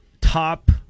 top